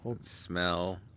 smell